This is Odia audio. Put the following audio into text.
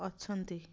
ଅଛନ୍ତି